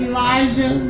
Elijah